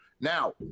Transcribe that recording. Now